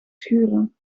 schuren